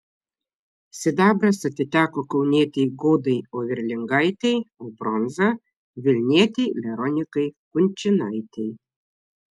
sidabras atiteko kaunietei godai overlingaitei o bronza vilnietei veronikai kunčinaitei